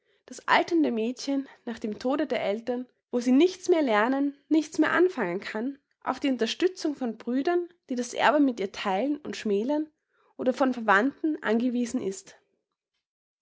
das alternde mädchen nach dem tode der eltern wo sie nichts mehr lernen nichts mehr anfangen kann auf die unterstützung von brüdern die das erbe mit ihr theilen und schmälern oder von verwandten angewiesen ist